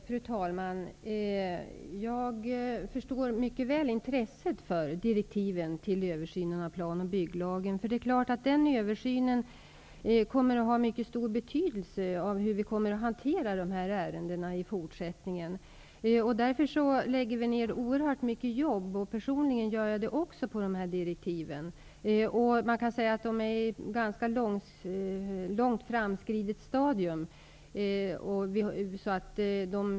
Fru talman! Jag förstår mycket väl intresset för direktiven till översynen av plan och bygglagen. Det är klart att den översynen kommer att få mycket stor betydelse för hur vi kommer att hantera den här typen av ärenden i fortsättningen. Vi lägger därför ner oerhört mycket jobb -- personligen gör jag det också -- på dessa direktiv. Arbetet har nått ett ganska långt framskridet stadium.